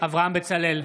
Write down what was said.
אברהם בצלאל,